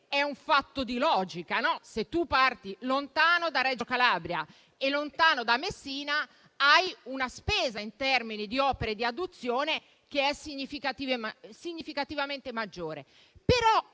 è un fatto di logica: se si parte lontano da Reggio Calabria e da Messina, c'è una spesa in termini di opere di adduzione che è significativamente maggiore.